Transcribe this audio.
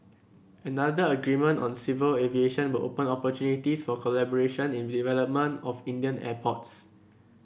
another agreement on civil aviation will open opportunities for collaboration in development of Indian airports